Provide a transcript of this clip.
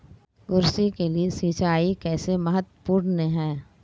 कृषि के लिए सिंचाई कैसे महत्वपूर्ण है?